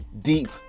deep